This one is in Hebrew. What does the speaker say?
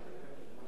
הבעיה היא,